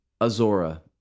Azora